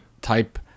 type